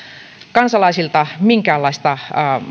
kansalaisilta minkäänlaista